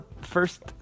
first